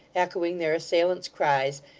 echoing their assailants' cries,